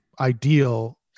ideal